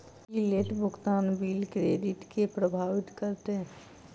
की late भुगतान bill credit केँ प्रभावित करतै?